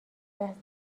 لحظه